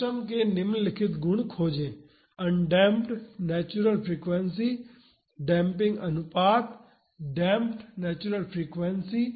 system के निम्नलिखित गुण खोजें अनडेम्प्ड नेचुरल फ्रीक्वेंसी डेम्पिंग अनुपात और डेम्प्ड नेचुरल फ्रीक्वेंसी